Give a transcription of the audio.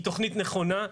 היא תוכנית נכונה,